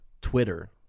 Twitter